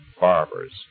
barbers